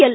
L